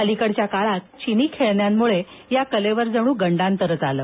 अलीकडच्या काळात चिनी खेळण्यांमुळे या कलेवर जणू गंडांतरच आलं